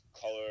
Color